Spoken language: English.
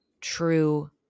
true